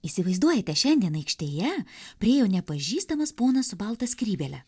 įsivaizduojate šiandien aikštėje priėjo nepažįstamas ponas su balta skrybėle